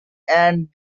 and